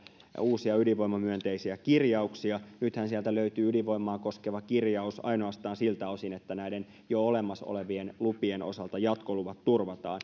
uusia ydinvoimamyönteisiä kirjauksia nythän sieltä löytyy ydinvoimaa koskeva kirjaus ainoastaan siltä osin että näiden jo olemassa olevien lupien osalta jatkoluvat turvataan